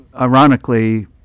ironically